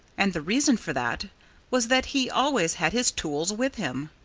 and the reason for that was that he always had his tools with him.